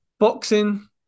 Boxing